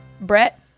Brett